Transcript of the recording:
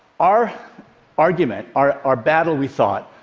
our argument, our our battle, we thought,